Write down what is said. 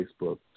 Facebook